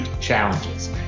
Challenges